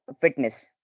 fitness